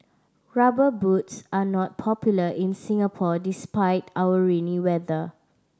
Rubber Boots are not popular in Singapore despite our rainy weather